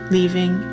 Leaving